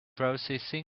processing